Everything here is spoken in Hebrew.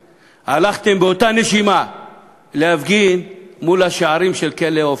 באותה נשימה להפגין מול השערים של כלא "עופר".